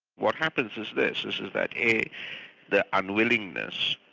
what happens is this, is is that a their unwillingness,